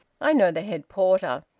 i know the head porter.